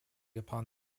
upon